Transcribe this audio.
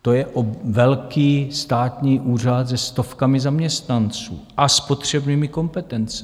To je velký státní úřad se stovkami zaměstnanců a s potřebnými kompetencemi.